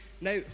now